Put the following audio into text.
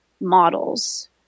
models